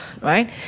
right